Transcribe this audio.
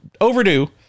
overdue